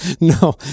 No